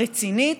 רצינית,